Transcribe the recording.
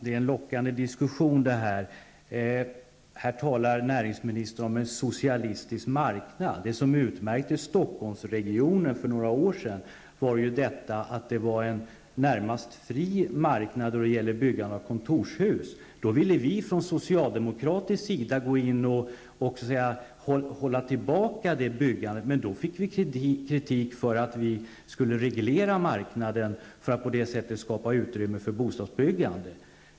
Fru talman! Här talar näringsministern om en socialistisk marknad, och det är en lockande diskussion. Det som utmärkte Stockholmsregionen för några år sedan var att marknaden var närmast fri då det gällde byggande av kontorshus. Från socialdemokratisk sida ville vi gå in och hålla tillbaka detta byggande, men då fick vi kritik för att vi skulle reglera marknaden och på det sättet skapa utrymme för bostadsbyggande.